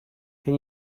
can